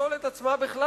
לפסול את עצמה בכלל,